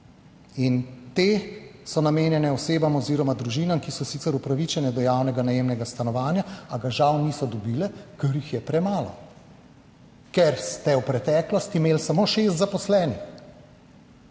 in te so namenjene osebam oziroma družinam, ki so sicer upravičene do javnega najemnega stanovanja, a ga žal niso dobile, ker jih je premalo - ker ste v preteklosti imeli samo šest zaposlenih.